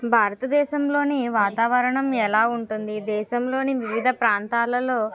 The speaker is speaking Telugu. భారతదేశంలోని వాతావరణం ఎలా ఉంటుంది దేశంలోని వివిధ ప్రాంతాలలో